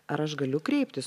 ar aš galiu kreiptis